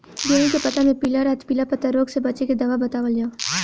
गेहूँ के पता मे पिला रातपिला पतारोग से बचें के दवा बतावल जाव?